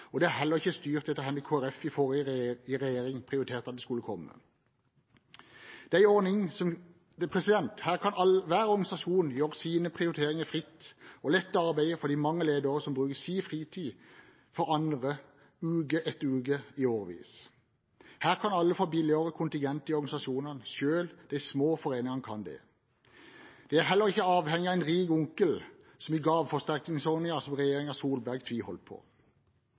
det er heller ikke styrt etter hvor Kristelig Folkeparti i forrige regjering prioriterte at det skulle komme. Her kan hver organisasjon gjøre sine prioriteringer fritt og lette arbeidet for de mange ledere som bruker sin fritid for andre uke etter uke i årevis. Her kan alle få billigere kontingent i organisasjonene; selv de små foreningene kan det. Det er heller ikke avhengig av en rik onkel, som i gaveforsterkningsordningen som regjeringen Solberg tviholdt på.